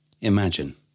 imagine